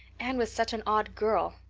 anne was such an odd girl.